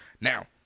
now